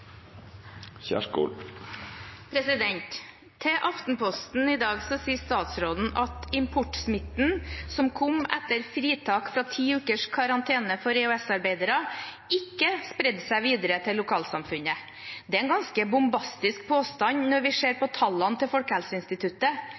Til Aftenposten i dag sier statsråden at importsmitten, som kom etter fritak fra ti ukers karantene for EØS-arbeidere, ikke spredte seg videre til lokalsamfunnet. Det er en ganske bombastisk påstand når vi ser